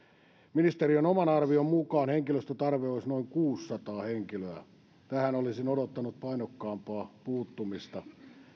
ministeriön oman arvion mukaan henkilöstötarve olisi noin kuusisataa henkilöä tähän olisin odottanut painokkaampaa puuttumista